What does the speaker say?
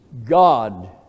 God